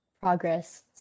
progress